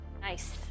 nice